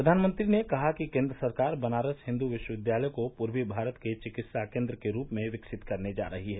प्रधानमंत्री ने कहा कि केन्द्र सरकार बनारस हिन्दू विश्वविद्यालय को पूर्वी भारत के चिकित्सा केन्द्र के रूप में विकसित करने जा रही है